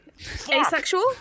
asexual